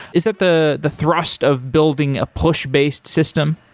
is that the the thrust of building a push-based system?